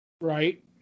Right